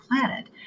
planet